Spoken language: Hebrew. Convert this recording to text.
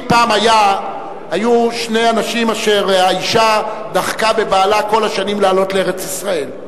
פעם היו שני אנשים אשר האשה דחקה בבעלה כל השנים לעלות לארץ-ישראל,